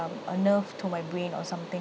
a nerve to my brain or something